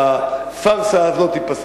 ושהפארסה הזאת תיפסק.